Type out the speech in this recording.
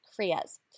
kriyas